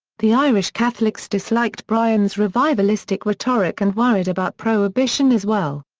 the irish catholics disliked bryan's revivalistic rhetoric and worried about prohibition as well.